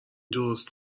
درست